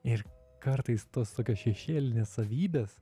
ir kartais tos tokios šešėlinės savybės